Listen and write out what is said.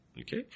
Okay